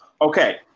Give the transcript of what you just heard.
Okay